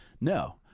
No